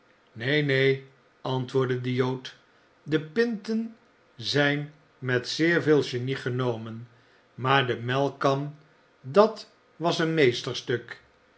neen neen antwoordde de jood de pinten zijn met zeer veel genie genomen maar de melkkan dat was een meesterstuk